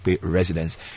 residence